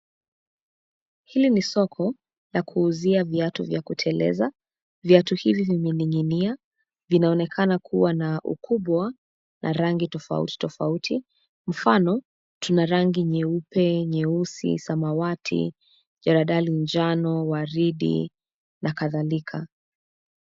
Hili ni soko la kuuzia viatu za kuteleza, viatu hizi vimening'inia vinaonekana kuwa na ukubwa na rangi tofautitofauti, mfano tuna rangi nyeupe, nyeusi, samawati, jaradali njano, waridi na kadhalika.